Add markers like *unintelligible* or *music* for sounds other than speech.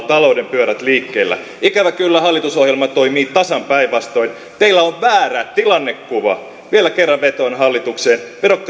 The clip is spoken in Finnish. *unintelligible* talouden pyörät liikkeellä ikävä kyllä hallitusohjelma toimii tasan päinvastoin teillä on väärä tilannekuva vielä kerran vetoan hallitukseen